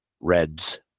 reds